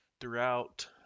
throughout